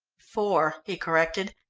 four, he corrected,